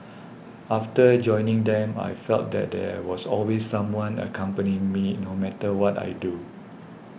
after joining them I felt that there was always someone accompanying me no matter what I do